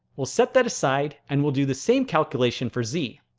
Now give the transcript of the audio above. we'll set that aside and we'll do the same calculation for z.